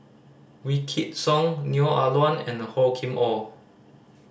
Wykidd Song Neo Ah Luan and Hor Kim Or